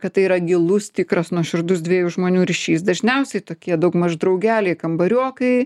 kad tai yra gilus tikras nuoširdus dviejų žmonių ryšys dažniausiai tokie daugmaž draugeliai kambariokai